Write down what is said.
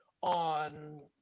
on